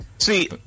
See